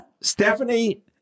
Stephanie